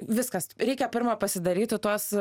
viskas reikia pirma pasidaryti tuos